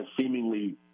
seemingly